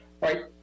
right